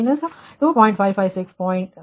556 j 1